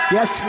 Yes